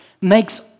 makes